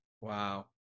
Wow